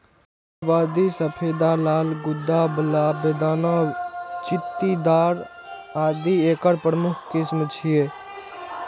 इलाहाबादी सफेदा, लाल गूद्दा बला, बेदाना, चित्तीदार आदि एकर प्रमुख किस्म छियै